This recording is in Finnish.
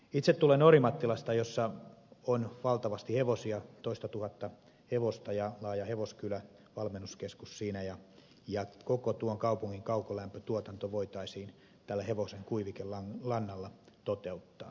itse tulen orimattilasta jossa on valtavasti hevosia toistatuhatta hevosta ja laaja hevoskylä valmennuskeskus siinä ja koko tuon kaupungin kaukolämpötuotanto voitaisiin tällä hevosen kuivikelannalla toteuttaa